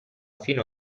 fino